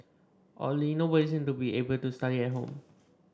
oddly nobody seemed to be able to study at home